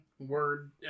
word